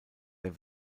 der